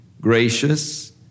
gracious